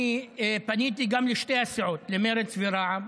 אני פניתי גם לשתי הסיעות, למרצ ורע"מ.